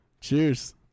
Cheers